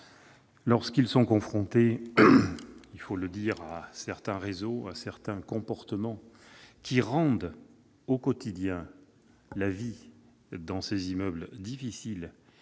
lorsqu'ils sont confrontés- il faut le dire -à certains réseaux et comportements qui rendent au quotidien la vie dans ces immeubles difficile